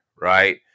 Right